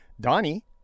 Donnie